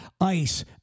ice